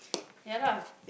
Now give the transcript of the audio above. ya lah